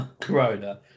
Corona